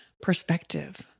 perspective